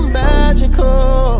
magical